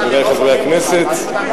חברי חברי הכנסת,